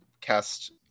cast